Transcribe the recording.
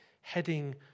heading